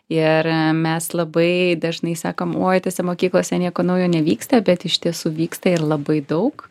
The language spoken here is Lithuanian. ir mes labai dažnai sakom oi tose mokyklose nieko naujo nevyksta bet iš tiesų vyksta ir labai daug